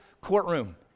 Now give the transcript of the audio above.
courtroom